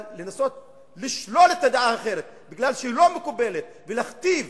אבל לנסות לשלול את הדעה האחרת מפני שהיא לא מקובלת ולהכתיב